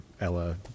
Ella